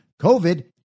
COVID